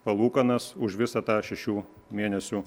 palūkanas už visą tą šešių mėnesių